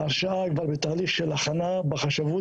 עכשיו כבר בתהליך של הכנה בחשבות.